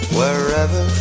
wherever